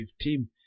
team